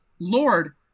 Lord